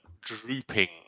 drooping